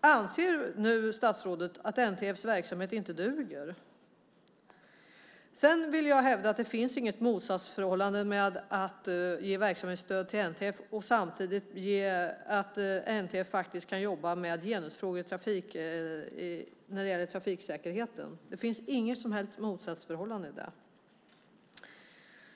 Anser statsrådet nu att NTF:s verksamhet inte duger? Jag vill hävda att det inte finns något motsatsförhållande mellan att ge verksamhetsstöd till NTF och att NTF kan jobba med genusfrågor när det gäller trafiksäkerheten. Det finns inget som helst motsatsförhållande där.